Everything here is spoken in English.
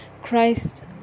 christ